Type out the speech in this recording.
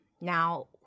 Now